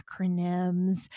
acronyms